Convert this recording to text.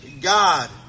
God